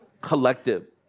collective